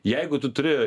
jeigu tu turi